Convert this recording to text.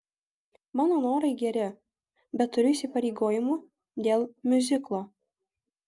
mano norai geri bet turiu įsipareigojimų dėl miuziklo